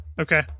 Okay